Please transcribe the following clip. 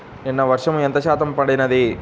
నిన్న వర్షము ఎంత శాతము పడినది?